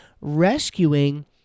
rescuing